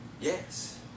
Yes